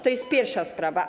To jest pierwsza sprawa.